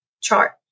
chart